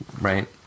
right